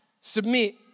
Submit